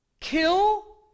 kill